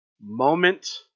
Moment